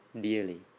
dearly